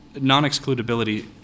non-excludability